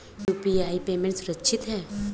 क्या UPI payment सुरक्षित है?